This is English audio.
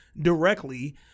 directly